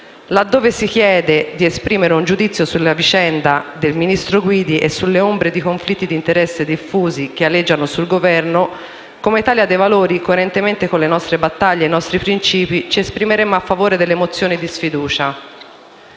laddove si chiede di esprimere un giudizio sulla vicenda del ministro Guidi e sulle ombre di conflitti d'interesse diffusi che aleggiano sul Governo, come Italia dei Valori, coerentemente con le nostre battaglie e i nostri principi, ci esprimeremmo a favore delle mozioni di sfiducia.